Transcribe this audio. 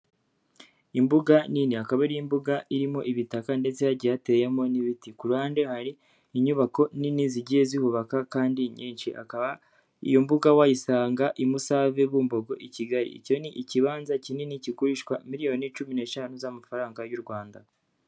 Imbuga nini; akaba ari imbuga irimo ibitaka ndetse hagiye hateyemo n'ibiti, ku ruhande hari inyubako nini zigiye zihubaka kandi nyinshi. Iyo mbuga wayisanga i Musave, Bumbogo, i Kigali. Icyo ni ikibanza kinini, kigurishwa miliyoni cumi n'eshanu z'amafaranga y'u Rwanda.